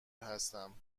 هستم